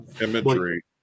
Imagery